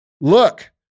Look